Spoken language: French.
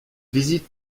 visite